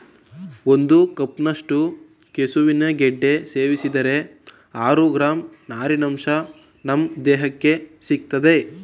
ಒಂದು ಕಪ್ನಷ್ಟು ಕೆಸುವಿನ ಗೆಡ್ಡೆ ಸೇವಿಸಿದರೆ ಆರು ಗ್ರಾಂ ನಾರಿನಂಶ ನಮ್ ದೇಹಕ್ಕೆ ಸಿಗ್ತದೆ